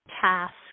task